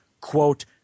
quote